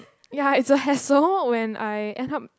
ya is a hassle when I end up